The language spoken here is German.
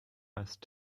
heißt